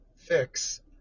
fix